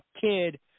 kid